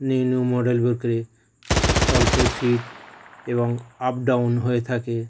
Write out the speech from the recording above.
new new model বলতে অল্প seat এবং আপ ডাউন হয়ে থাকে